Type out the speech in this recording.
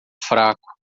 fraco